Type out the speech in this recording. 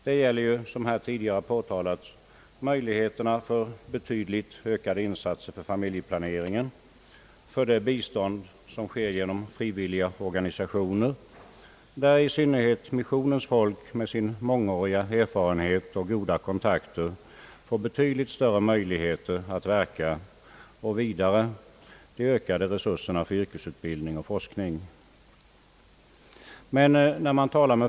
Det gäller ju, som tidigare påtalats, möjligheter för betydligt ökade insatser för familjeplaneringen, för det bistånd som sker genom frivilliga organisationer, där i synnerhet missionens folk med sin mångåriga erfarenhet och goda kontakter får betydligt större möjligheter att verka, och vidare de ökade resurserna för yrkesutbildning och forskning.